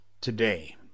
today